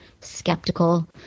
skeptical